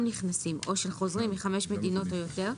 נכנסים או של חוזרים מחמש מדינות או יותר,